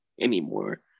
anymore